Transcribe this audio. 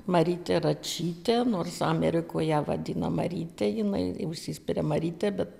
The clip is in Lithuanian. marytė račytė nors amerikoje ją vadina marytė jinai užsispiria marytė bet